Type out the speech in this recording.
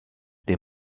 des